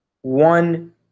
one